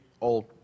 old